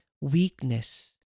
weakness